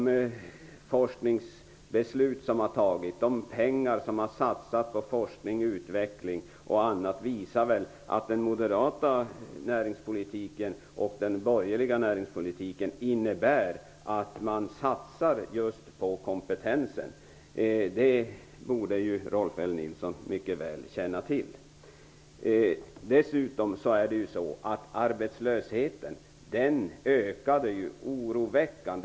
De forskningsbeslut som har fattats och de pengar som har satsats på forskning och utveckling visar väl att den moderata näringspolitiken och den borgerliga näringspolitiken innebär att man satsar just på kompetensen. Det borde Rolf L Nilson mycket väl känna till. Dessutom ökade arbetslösheten oroväckande.